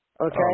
Okay